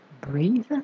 breathe